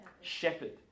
Shepherd